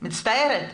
מצטערת.